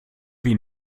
wie